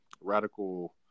radical